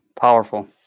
Powerful